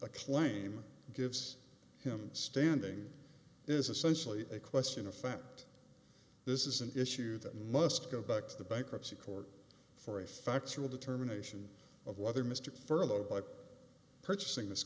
a claim gives him standing is essentially a question of fact this is an issue that must go back to the bankruptcy court for a factual determination of whether mr furlow by purchasing this